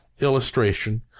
illustration